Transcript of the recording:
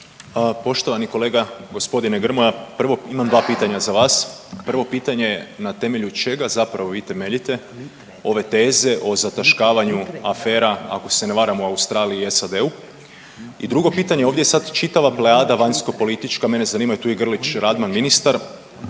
Poštovani kolega gospodine Grmoja prvo imam dva pitanja za vas. Prvo pitanje je na temelju čega zapravo vi temeljite ove teze o zataškavanju afera ako se ne varam u Australiji i SAD-u? I drugo pitanje. Ovdje sada čitava pleada vanjskopolitička mene zanima tu i Grlić Radman ministar